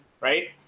right